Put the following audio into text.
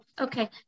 okay